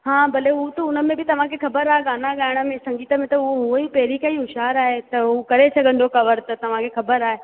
हा भले हूअ त हुनमें बि तव्हांखे ख़बर आहे गाना ॻाइण में संगीत में त हू हूंअ ई पहरियों खां ई होशियारु आहे त हूअ करे सघंदो कवर त तव्हांखे ख़बर आहे